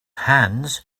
hands